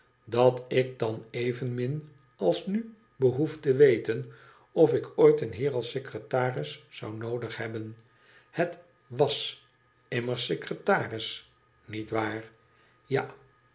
dat ik dan evenmin als nu behoefte weten of ik ooit een heer als secretaris zou noodig hebben het was immers secretaris niet waar tja